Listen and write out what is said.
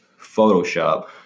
Photoshop